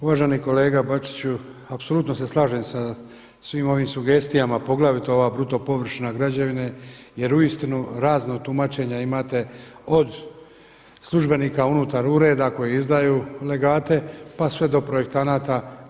Uvaženi kolega Bačiću, apsolutno se slažem sa svim ovim sugestijama poglavito ova bruto površina građevine, jer uistinu razno tumačenje imate od službenika unutar ureda koji izdaju legate, pa sve do projektanata.